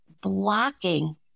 blocking